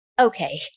Okay